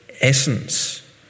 essence